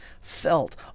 felt